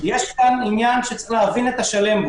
צריך להבין את השלום,